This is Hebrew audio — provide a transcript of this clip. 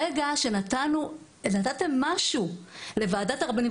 ברגע שנתתם משהו לוועדת הרבנים,